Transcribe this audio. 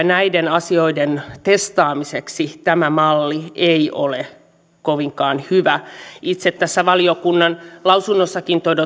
näiden asioiden testaamiseksi tämä malli ei ole kovinkaan hyvä itse tässä valiokunnan lausunnossakin